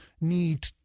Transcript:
need